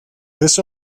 this